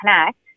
connect